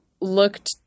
looked